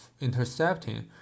intercepting